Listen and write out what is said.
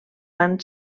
van